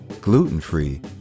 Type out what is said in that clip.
gluten-free